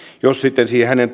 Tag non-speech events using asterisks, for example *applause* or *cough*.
jos sitten sen hänen *unintelligible*